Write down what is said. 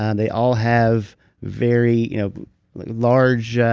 and they all have very you know like large. ah